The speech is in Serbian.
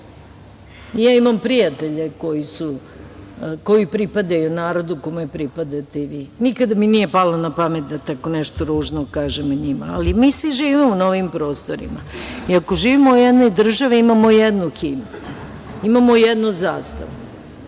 Ja imam prijatelje koji pripadaju narodu kome pripadate i vi. Nikada mi nije palo na pamet da tako nešto ružno kažem o njima. Ali, mi svi živimo na ovim prostorima i ako živimo u jednoj državi imamo jednu himnu, imamo jednu zastavu.